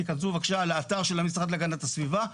תכנסו לאתר של הגנת הסביבה,